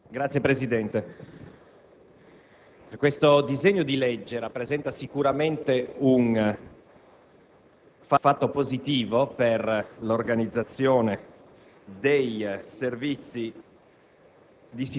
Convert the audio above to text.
Signor Presidente, questo disegno di legge rappresenta sicuramente un fatto positivo per l'organizzazione dei Servizi